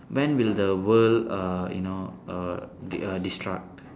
when will the world uh you know err destroyed